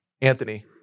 anthony